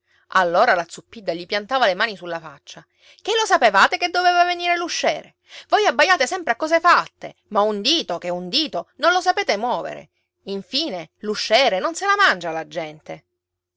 allora la zuppidda gli piantava le mani sulla faccia che lo sapevate che doveva venire l'usciere voi abbaiate sempre a cose fatte ma un dito che è un dito non lo sapete muovere infine l'usciere non se la mangia la gente